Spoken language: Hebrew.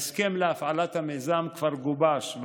ההסכם להפעלת המיזם כבר גובש,